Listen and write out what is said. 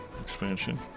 expansion